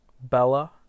Bella